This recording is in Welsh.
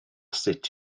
sut